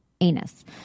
anus